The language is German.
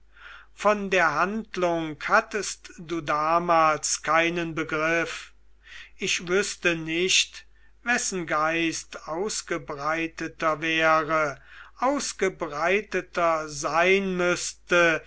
von der handlung hattest du damals keinen begriff ich wüßte nicht wessen geist ausgebreiteter wäre ausgebreiteter sein müßte